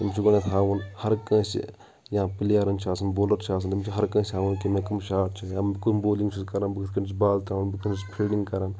تٔمِس چھِ گۄڈٕنیٚتھ ہاوُن ہر کٲنٛسہِ یا پٕلیرَن چھِ آسان بُولر چھِ آسان تٔمَس چھِ ہر کٲنٛسہِ ہاوُن کہِ مےٚ کٕم شاٹ چھِ یا کٕم بولنٛگ چھُس کران بہٕ کِتھ کٲٹھۍ چھُس بال تراوان بہٕ کتھس چھُس فِلڈِنٛگ کران